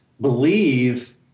believe